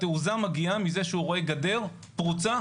התעוזה מגיעה מזה שהוא רואה גדר פרוצה,